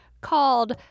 Called